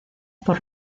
por